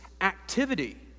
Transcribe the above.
activity